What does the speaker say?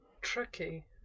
tricky